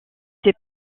ces